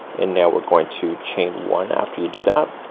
and now we're going to chain one after you do that.